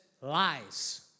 lies